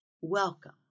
Welcome